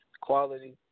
Quality